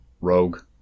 Rogue